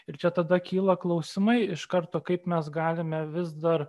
ir čia tada kyla klausimai iš karto kaip mes galime vis dar